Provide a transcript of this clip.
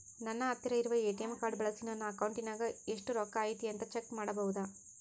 ನನ್ನ ಹತ್ತಿರ ಇರುವ ಎ.ಟಿ.ಎಂ ಕಾರ್ಡ್ ಬಳಿಸಿ ನನ್ನ ಅಕೌಂಟಿನಾಗ ಎಷ್ಟು ರೊಕ್ಕ ಐತಿ ಅಂತಾ ಚೆಕ್ ಮಾಡಬಹುದಾ?